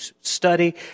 study